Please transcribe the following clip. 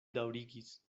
daŭrigis